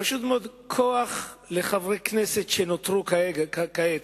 פשוט מאוד הכוח של חברי הכנסת שנותרו כעת,